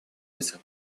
этих